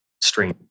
stream